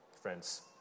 friends